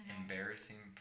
embarrassing